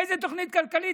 איזו תוכנית כלכלית?